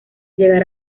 llegar